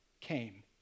came